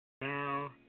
Now